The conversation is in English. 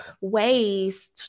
ways